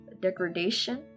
degradation